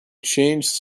change